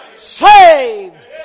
Saved